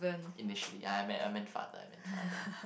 initially I have met a meant father meant father